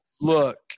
look